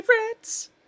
favorites